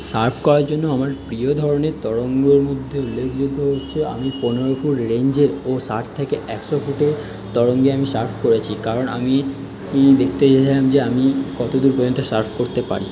Surf করার জন্য আমার প্রিয় ধরণের তরঙ্গর মধ্যে উল্লেখযোগ্য হচ্ছে আমি পনেরো ফুট রেঞ্জের ও ষাট থেকে একশো ফুটের তরঙ্গে আমি সার্ফ করেছি কারণ আমি দেখতে চেয়েছিলাম যে আমি কত দূর পর্যন্ত সার্ফ করতে পারি